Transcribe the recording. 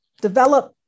develop